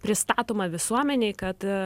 pristatoma visuomenei kad